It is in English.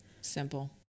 Simple